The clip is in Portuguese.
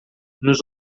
nos